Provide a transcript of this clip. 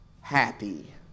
happy